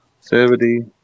Seventy